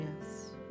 Yes